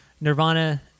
Nirvana